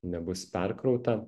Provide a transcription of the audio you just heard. nebus perkrauta